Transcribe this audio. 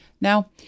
Now